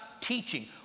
teaching